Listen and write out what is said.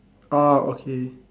orh okay